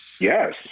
Yes